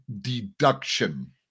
deduction